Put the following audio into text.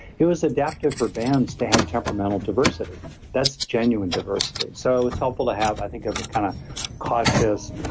it was adaptive for bands to have temperamental diversity that's genuine diversity. so it was helpful to have, i think of a kind of cautious,